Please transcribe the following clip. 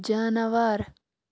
جاناوار